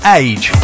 age